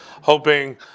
hoping